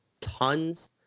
tons